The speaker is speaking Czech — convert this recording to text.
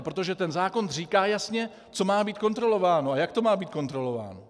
Protože zákon říká jasně, co má být kontrolováno a jak to má být kontrolováno.